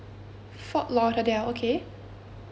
uh okay